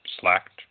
slacked